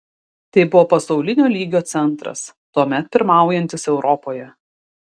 tai buvo pasaulinio lygio centras tuomet pirmaujantis europoje